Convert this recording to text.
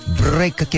break